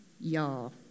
Y'all